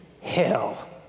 hell